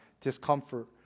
Discomfort